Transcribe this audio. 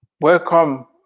welcome